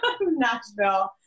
Nashville